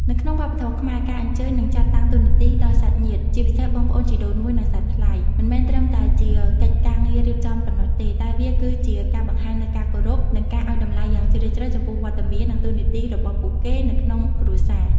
នៅក្នុងវប្បធម៌ខ្មែរ ការអញ្ជើញ និងចាត់តាំងតួនាទី ដល់សាច់ញាតិ ជាពិសេសបងប្អូនជីដូនមួយ និងសាច់ថ្លៃ មិនមែនត្រឹមតែជាកិច្ចការងាររៀបចំប៉ុណ្ណោះទេ តែវាគឺជា ការបង្ហាញនូវការគោរព និងការឱ្យតម្លៃយ៉ាងជ្រាលជ្រៅ ចំពោះវត្តមាន និងតួនាទីរបស់ពួកគេនៅក្នុងគ្រួសារ។